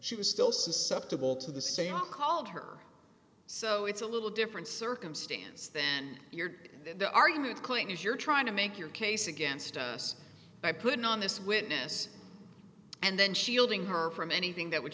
she was still susceptible to the same called her so it's a little different circumstance then your the argument is you're trying to make your case against us by putting on this witness and then shielding her from anything that would